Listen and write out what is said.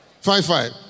Five-five